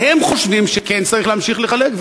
והם חושבים שכן צריך להמשיך לחלק,